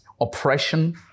oppression